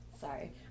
Sorry